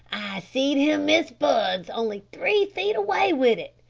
seed him miss birds only three feet away with it.